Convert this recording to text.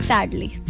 Sadly